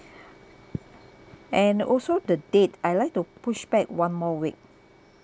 and also the date I'd like to push back one more week